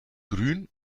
grün